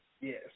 Yes